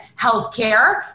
healthcare